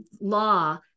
law